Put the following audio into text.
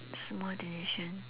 small decision